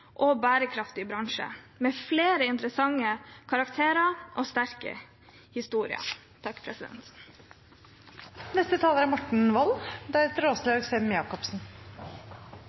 og bærekraftig bransje, med flere interessante karakterer og sterke historier.